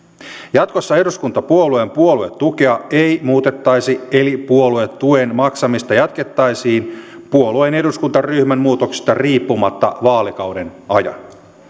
jatkossa eduskuntapuolueen puoluetukea ei muutettaisi eli puoluetuen maksamista jatkettaisiin puolueen eduskuntaryhmän muutoksista riippumatta vaalikauden ajan